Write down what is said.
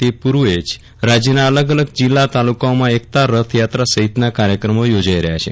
તે પૂર્વે જ રાજ્યના આલગ અલગ જીલ્લા તાલુકાઓમાં એકતા રથ થાત્રા સહિતના કાર્યક્રમો યોજાઈ રહ્યા છે